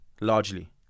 largely